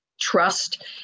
trust